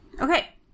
Okay